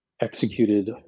executed